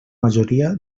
majoria